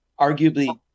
arguably